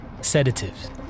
sedatives